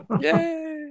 Yay